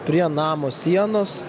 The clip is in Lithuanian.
prie namo sienos